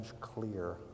clear